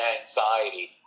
anxiety